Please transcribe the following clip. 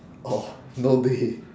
oh no